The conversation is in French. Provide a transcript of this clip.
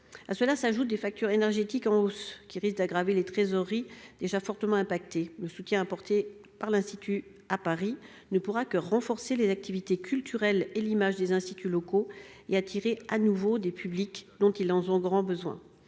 À cela s'ajoutent des factures énergétiques en hausse, qui risquent d'aggraver des trésoreries déjà fortement fragilisées. Le soutien de l'Institut français, à Paris, ne pourra que renforcer les activités culturelles et l'image des instituts locaux, et attirer de nouveau des publics dont ils ont grand besoin.